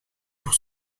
pour